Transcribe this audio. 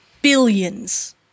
Billions